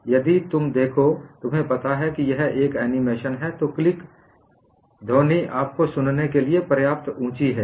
और यदि तुम देखो तुम्हें पता है कि यह एक एनीमेशन है तो क्लिक ध्वनि आपको सुनने के लिए पर्याप्त ऊँची है